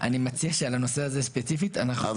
אני מציע שעל הנושא הזה ספציפית --- אני